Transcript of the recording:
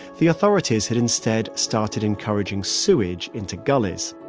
the authorities had instead started encouraging sewage into gullies.